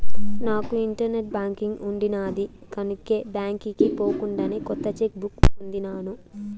నాకు internet banking ఉండిన్నాది కనుకే బాంకీకి పోకుండానే కొత్త చెక్ బుక్ పొందినాను